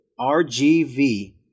RGV